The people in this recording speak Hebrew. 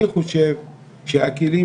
אני חושב שהכלים